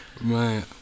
Man